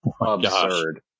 absurd